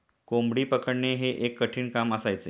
कोंबडी पकडणे हे एक कठीण काम असायचे